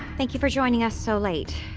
thank you for joining us so late.